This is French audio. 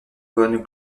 von